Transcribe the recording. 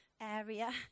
area